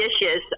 dishes